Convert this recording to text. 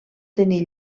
tenir